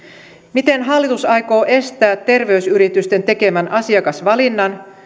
miten hallitus aikoo estää terveysyritysten tekemän asiakasvalinnan